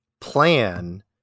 plan